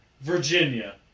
Virginia